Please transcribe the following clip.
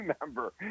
remember